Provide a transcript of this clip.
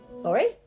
Sorry